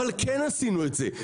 אבל כן עשינו את זה.